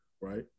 right